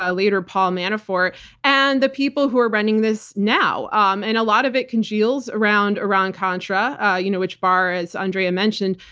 ah later paul manafort-and and the people who are running this now. um and a lot of it congeals around iran-contra you know which barr, as andrea mentioned,